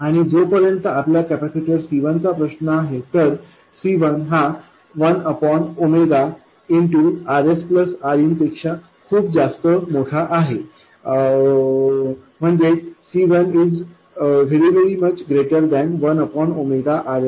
आणि जोपर्यंत आपल्या कॅपेसिटर C1 चा प्रश्न आहे C1 ≫1 0Rs Rin